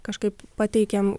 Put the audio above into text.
kažkaip pateikiam